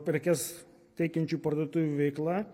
prekes teikiančių parduotuvių veikla